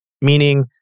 Meaning